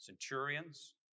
centurions